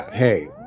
Hey